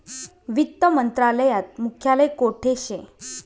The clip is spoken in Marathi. वित्त मंत्रालयात मुख्यालय कोठे शे